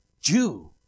Jew